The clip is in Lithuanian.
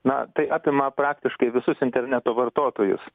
na tai apima praktiškai visus interneto vartotojus